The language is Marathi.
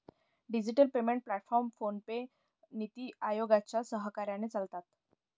डिजिटल पेमेंट प्लॅटफॉर्म फोनपे, नीति आयोगाच्या सहकार्याने चालतात